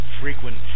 frequent